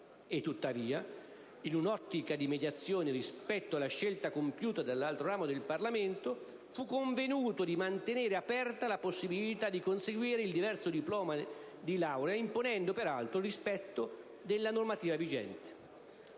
tuttavia, in un'ottica di mediazione rispetto alla scelta compiuta dall'altro ramo del Parlamento, fu convenuto di mantenere aperta la possibilità di conseguire il diverso diploma di laurea imponendo peraltro il rispetto della normativa vigente.